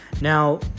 Now